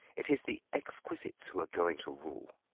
it is the exquisites who are going to rule.